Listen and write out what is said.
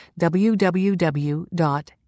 www